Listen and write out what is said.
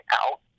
out